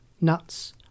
nuts